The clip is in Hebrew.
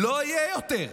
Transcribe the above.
לא יהיה יותר,